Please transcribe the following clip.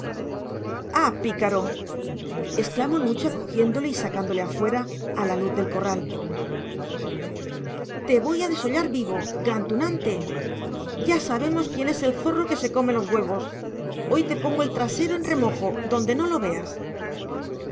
ah pícaro exclamó nucha cogiéndole y sacándole afuera a la luz del corral te voy a desollar vivo gran tunante ya sabemos quién es el zorro que se come los huevos hoy te pongo el trasero en remojo donde no lo veas